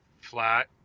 flat